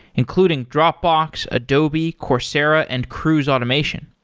including dropbox, adobe, coursera and cruise automation.